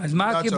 אז מה הקיבוצים?